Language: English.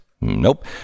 Nope